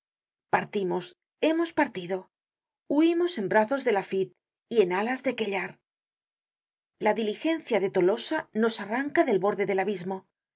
partimos hemos partido huimos en brazos de lafitte y en alas de caillard la diligencia de tollosa nos arranca del borde del abismo el